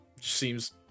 Seems